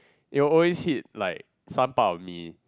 it will always hit like some part of me